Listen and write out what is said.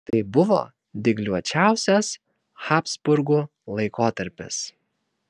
tai buvo dygliuočiausias habsburgų laikotarpis